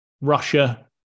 russia